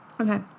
Okay